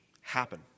happen